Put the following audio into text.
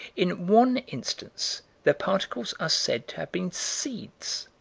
in one instance the particles are said to have been seeds.